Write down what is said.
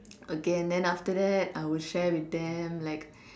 again after that I'll share with them like